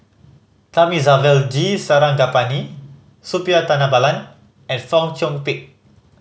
Thamizhavel G Sarangapani Suppiah Dhanabalan and Fong Chong Pik